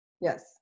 Yes